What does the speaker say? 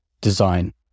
design